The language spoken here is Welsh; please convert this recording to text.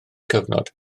cyfnod